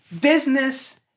business